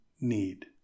need